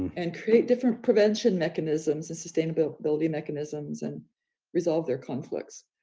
and create different prevention mechanisms and sustainability mechanisms and resolve their conflicts.